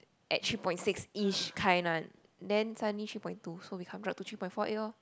at three point six ish kind one then suddenly three point two so become drop to three point four eight lor